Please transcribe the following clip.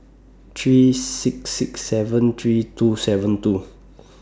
three six six seven three two seven two